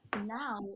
Now